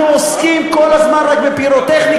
אנחנו עוסקים כל הזמן רק בפירוטכניקה,